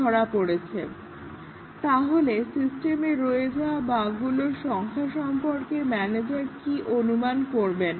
খুঁজে পাওয়া গেছে তাহলে সিস্টেমে রয়ে যাওয়া বাগগুলো সংখ্যা সম্পর্কে ম্যানেজার কি অনুমান করবেন